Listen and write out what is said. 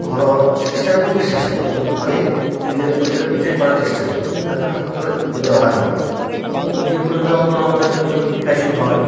ঘরোয়া চিকিৎসার ওপর বিশ্বাস করি এবং ঘরেই নিজের প্রতিকার নিজেই করার চেষ্টা করি তার জন্যে হাসপাতালে যেতে হয় না তো যেগুলো সাধারণত আমাদের যদি সর্দি কাশি হয়